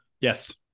Yes